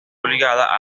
obligada